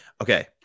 okay